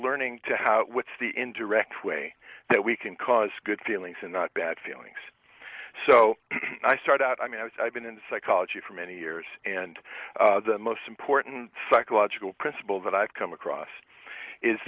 learning to what's the indirect way that we can cause good feelings and not bad feelings so i start out i mean i was i've been in psychology for many years and the most important psychological principle that i've come across is